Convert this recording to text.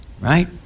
Right